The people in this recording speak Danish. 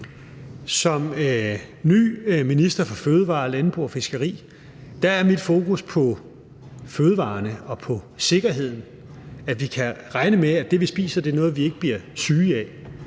Som ny minister for fødevarer, landbrug og fiskeri er mit fokus på fødevarerne og på sikkerheden: at vi kan regne med, at det, vi spiser, ikke er noget, vi bliver syge af;